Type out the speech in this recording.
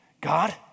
God